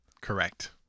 Correct